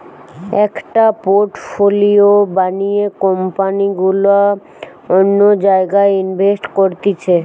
একটা পোর্টফোলিও বানিয়ে কোম্পানি গুলা অন্য জায়গায় ইনভেস্ট করতিছে